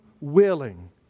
willing